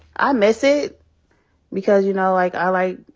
i miss it because, you know, like, i, like,